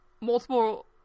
multiple